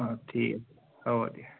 অঁ ঠিক আছে হ'ব দিয়া